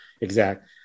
exact